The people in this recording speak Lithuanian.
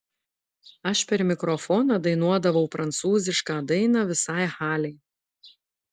aš per mikrofoną dainuodavau prancūzišką dainą visai halei